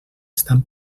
estan